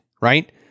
right